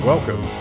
Welcome